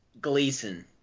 gleason